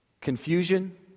confusion